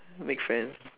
make friends